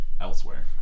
elsewhere